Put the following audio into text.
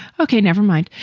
ok. never mind.